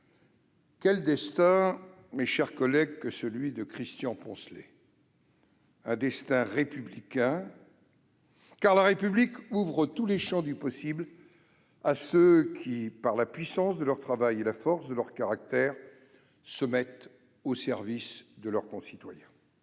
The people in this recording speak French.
Quel destin que celui de Christian Poncelet ! Un destin républicain, car la République ouvre tous les champs du possible à ceux qui, par la puissance de leur travail et la force de leur caractère, se mettent au service de leurs concitoyens.